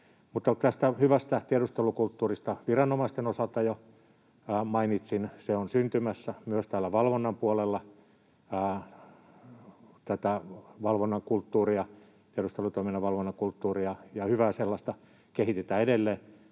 tästä hyvästä tiedustelukulttuurista viranomaisten osalta jo mainitsin, ja se on syntymässä myös täällä valvonnan puolella. Tätä valvonnan kulttuuria, tiedustelutoiminnan valvonnan kulttuuria — ja hyvää sellaista — kehitetään edelleen,